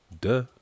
duh